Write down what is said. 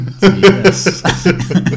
Yes